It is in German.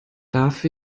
darf